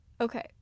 okay